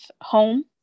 home